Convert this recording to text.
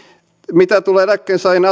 mitä tulee eläkkeensaajien